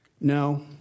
No